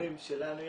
הנתונים שלנו יש,